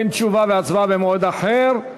כן, תשובה והצבעה במועד אחר.